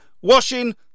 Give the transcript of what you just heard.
washing